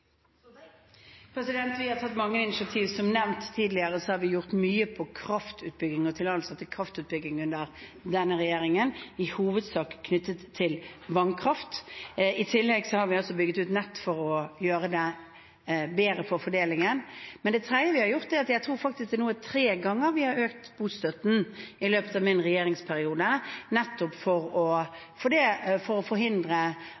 Vi har tatt mange initiativ. Som nevnt tidligere har vi gjort mye når det gjelder kraftutbygging og tillatelser til kraftutbygging under denne regjeringen, i hovedsak knyttet til vannkraft. I tillegg har vi bygget ut nett for å gjøre det bedre for fordelingen. Det tredje vi har gjort – jeg tror faktisk det er tre ganger – er at vi har økt bostøtten i løpet av min regjeringsperiode, nettopp for å forhindre